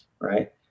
right